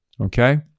Okay